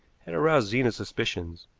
had aroused zena's suspicions,